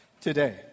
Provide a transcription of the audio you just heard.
today